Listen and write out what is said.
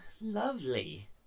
lovely